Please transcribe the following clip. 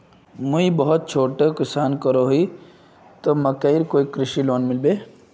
मुई बहुत छोटो किसान करोही ते मकईर कोई कृषि लोन मिलबे?